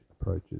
approaches